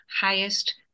highest